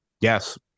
Yes